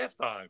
halftime